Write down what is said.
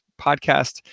podcast